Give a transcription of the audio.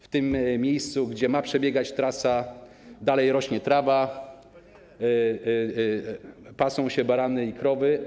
W miejscu, gdzie ma przebiegać trasa, dalej rośnie trawa, pasą się barany i krowy.